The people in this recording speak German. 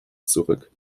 zurück